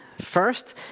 first